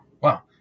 wow